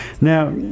Now